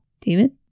David